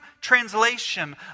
translation